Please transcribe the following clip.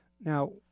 Now